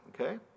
Okay